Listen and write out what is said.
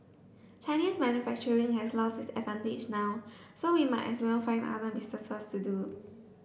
Chinese manufacturing has lost it advantage now so we might as well find other business to do